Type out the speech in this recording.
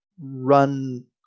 run